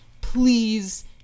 Please